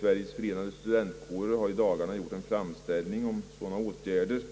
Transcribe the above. Sveriges förenade studentkårer har i dagarna gjort en framställning härom, och